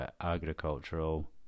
Agricultural